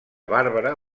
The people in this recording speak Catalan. bàrbara